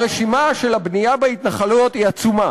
הרשימה של הבנייה בהתנחלויות היא עצומה,